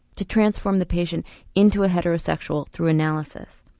to transform the patient into a heterosexual through analysis.